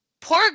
Poor